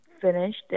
finished